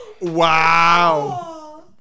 Wow